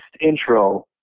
intro